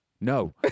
No